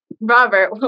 Robert